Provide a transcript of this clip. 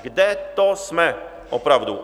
Kde to jsme opravdu?